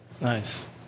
Nice